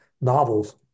novels